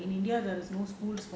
india எல்லாம் வந்து:ellaam vanthu